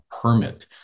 permit